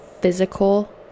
physical